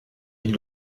île